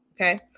okay